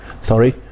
Sorry